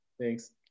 Thanks